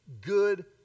good